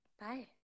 bye